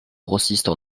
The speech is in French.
grossistes